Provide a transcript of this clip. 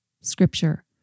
scripture